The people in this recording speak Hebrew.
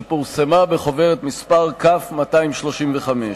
שפורסמה בחוברת מס' כ/235.